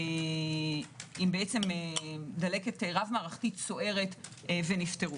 דלקת רב-מערכתית סוערת ונפטרו.